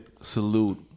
salute